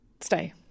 stay